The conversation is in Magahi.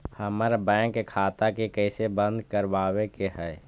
हमर बैंक खाता के कैसे बंद करबाबे के है?